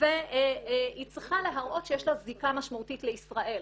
והיא צריכה להראות שיש לה זיקה משמעותית לישראל,